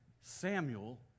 Samuel